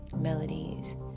melodies